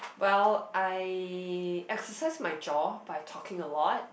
well I exercise my job but I talking a lot